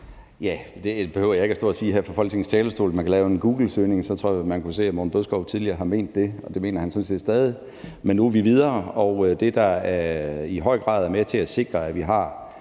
Det behøver jeg ikke stå og sige her fra Folketingets talerstol. Man kan lave en googlesøgning, og så tror jeg, man kan se, at Morten Bødskov tidligere har ment det, og det mener han sådan set stadig væk. Men nu er vi videre, og det, der i høj grad er med til at sikre, at vi har